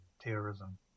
terrorism